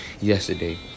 yesterday